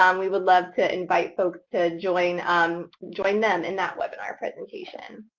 um we would love to invite folks to join um join them in that webinar presentation.